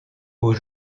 aux